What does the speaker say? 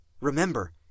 Remember